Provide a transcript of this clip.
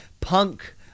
punk